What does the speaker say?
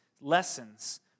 lessons